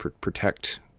protect